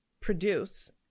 produce